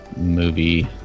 movie